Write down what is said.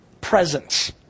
presence